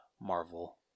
Marvel